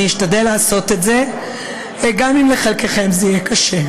אני אשתדל לעשות את זה, גם אם לחלקכם זה יהיה קשה.